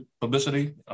publicity